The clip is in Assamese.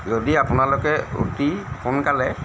যদি আপোনালোকে অতি সোনকালে